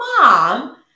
mom